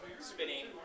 spinning